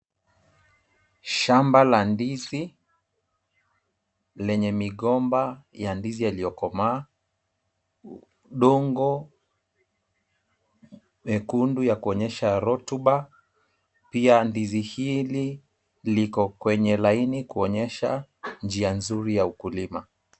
Shamba la ndizi lenye migomba ya ndizi yaliyokomaa, udongo nyekundu ya kuonyesha rotuba pia ndizi hili liko kwenye laini kuonyesha njia nzuri ya ukulima.